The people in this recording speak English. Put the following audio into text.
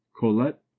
Colette